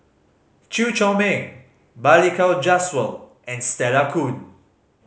Chew Chor Meng Balli Kaur Jaswal and Stella Kon